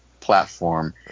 platform